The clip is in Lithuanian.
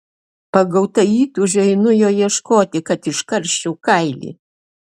pagauta įtūžio einu jo ieškoti kad iškarščiau kailį